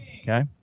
Okay